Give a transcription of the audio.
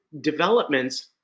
developments